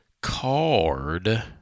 card